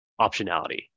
optionality